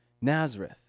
Nazareth